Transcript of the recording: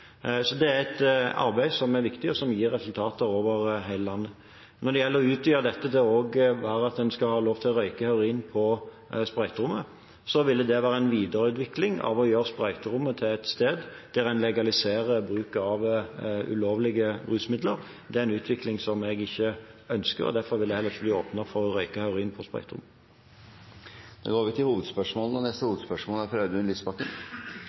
som gir resultater over hele landet. Når det gjelder å utvide dette til at en også skal ha lov til å røyke heroin på sprøyterommet, ville det være en videreutvikling mot å gjøre sprøyterommet til et sted der en legaliserer bruk av ulovlige rusmidler. Det er en utvikling som jeg ikke ønsker, og derfor vil det heller ikke bli åpnet opp for å røyke heroin på sprøyterom. Vi går videre til neste hovedspørsmål. Helse- og